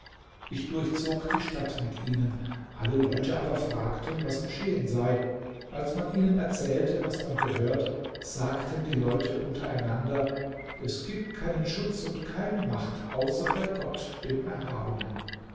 ich durchzog die stadt mit ihnen alle leute aber fragten was geschehen sei als man ihnen erzählte was man gehört sagten die leute untereinander es gibt keinen schutz und keine macht außer bei gott dem erhabenen